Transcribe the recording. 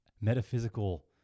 metaphysical